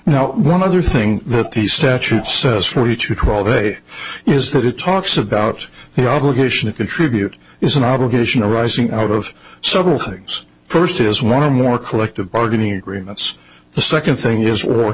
now one other thing that the statute says forty two twelve a is that it talks about the obligation to contribute is an obligation arising out of several things first is one of more collective bargaining agreements the second thing is or